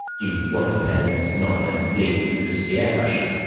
you want a pen that's not going to leak because of the air pressure.